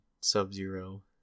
Sub-Zero